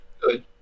Good